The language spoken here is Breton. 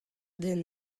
den